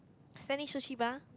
Standing Sushi Bar